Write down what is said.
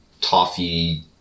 toffee